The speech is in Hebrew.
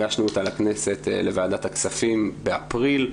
הגשנו אותה לכנסת לוועדת הכספים באפריל.